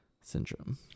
syndrome